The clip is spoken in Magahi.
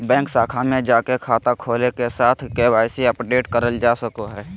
बैंक शाखा में जाके खाता खोले के साथ के.वाई.सी अपडेट करल जा सको हय